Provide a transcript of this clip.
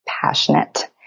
passionate